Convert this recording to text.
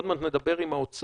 עוד מעט נדבר עם האוצר,